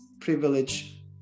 privilege